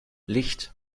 licht